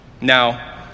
Now